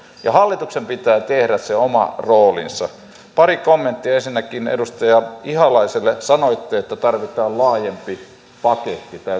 ja hallituksen pitää tehdä se oma roolinsa pari kommenttia ensinnäkin edustaja ihalaiselle sanoitte että tarvitaan laajempi paketti täytyy olla